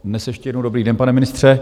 Dnes ještě jednou dobrý den, pane ministře.